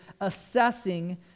assessing